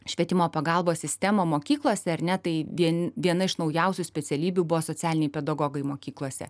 švietimo pagalbos sistemą mokyklose ar ne tai vien viena iš naujausių specialybių buvo socialiniai pedagogai mokyklose